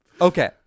Okay